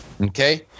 Okay